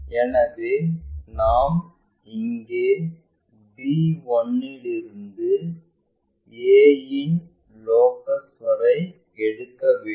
எனவே நாம் இங்கே b 1 இலிருந்து a இன் லோகஸ் வரை எடுக்க வேண்டும்